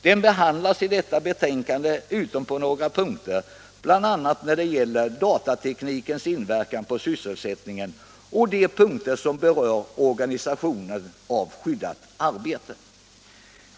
Den behandlas i betänkandet utom på några punkter, bl.a. när det gäller datateknikens inverkan på sysselsättningen och de punkter som berör organisationen av skyddat arbete.